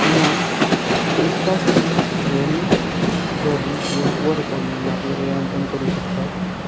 किमान एक तास तरी रनिंग जॉगिंग किवा वर्कआउट म्हणजे आपला व्यायाम पण करू शकतात